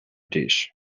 dish